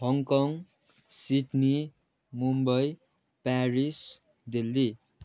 Hong Kong Sydney Mumbai Paris Delhi